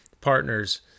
partners